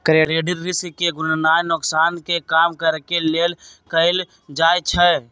credit risk के गीणनाइ नोकसान के कम करेके लेल कएल जाइ छइ